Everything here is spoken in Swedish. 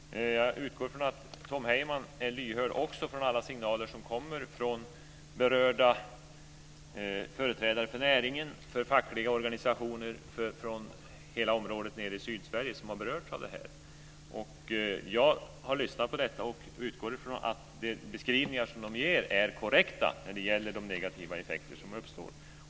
Fru talman! Jag utgår från att Tom Heyman är lyhörd också för alla signaler som kommer från berörda företrädare för näringen och för fackliga organisationer på hela området nere i Sydsverige som har berörts av det här. Jag har lyssnat på detta och utgår från att de beskrivningar som de ger är korrekta när det gäller de negativa effekter som uppstår.